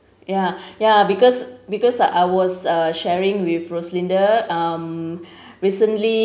ya ya because because I was uh sharing with roslinda um recently